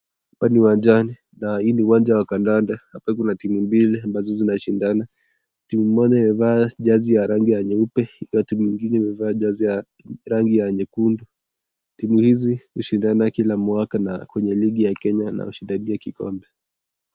Hapa ni uwanjani, na hii ni uwanja wa kandanda. Hapa kuna timu mbili ambazo zinashindana. Timu moja imevaa jazi ya rangi ya nyeupe, na timu nyingine imevaa jazi ya rangi nyekundu. Timu hizi ushindana kila mwaka na kwenye ligi ya kenya na ushindaji wa kikombe.